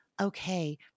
okay